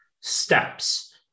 steps